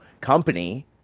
company